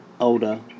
older